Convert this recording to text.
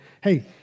hey